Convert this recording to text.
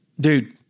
Dude